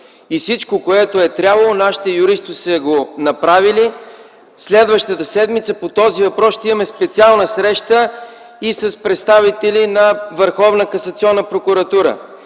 Всичко, което е трябвало, нашите юристи са го направили. Следващата седмица по този въпрос ще имаме специална среща с представители на